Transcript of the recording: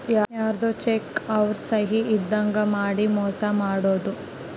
ಯಾರ್ಧೊ ಚೆಕ್ ನ ಅವ್ರ ಸಹಿ ಇದ್ದಂಗ್ ಮಾಡಿ ಮೋಸ ಮಾಡೋದು